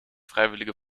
freiwillige